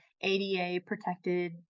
ADA-protected